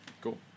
Cool